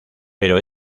pero